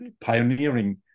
pioneering